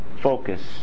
focus